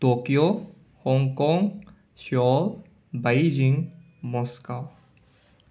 Tokyo Hong Kong Seoul Beijing Moscow